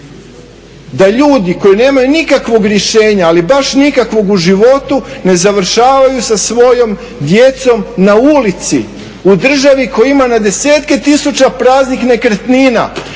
da ljudi koji nemaju nikakvog rješenja, ali baš nikakvog u životu, ne završavaju sa svojom djecom na ulici u državi koja ima na desetke tisuća praznih nekretnina